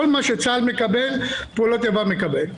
כל מה שצה"ל מקבל, פעולות איבה מקבל.